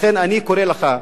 לכן אני קורא לך.